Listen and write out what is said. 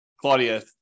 Claudia